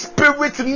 Spirit